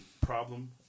problem